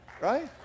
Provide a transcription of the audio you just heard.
Right